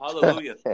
Hallelujah